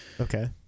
Okay